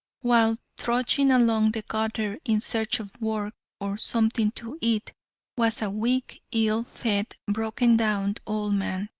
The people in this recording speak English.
while trudging along the gutter in search of work or something to eat was a weak, ill-fed, broken-down old man,